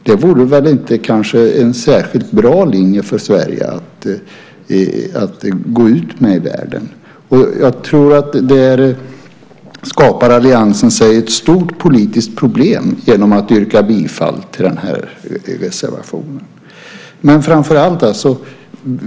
Det vore inte en särskilt bra linje för Sverige att gå ut med i världen. Där skapar alliansen sig ett stor politiskt problem genom att yrka bifall till den reservationen.